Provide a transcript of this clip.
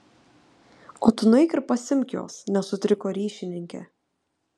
o tu nueik ir pasiimk juos nesutriko ryšininkė